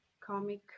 comic